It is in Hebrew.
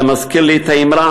זה מזכיר לי את האמרה: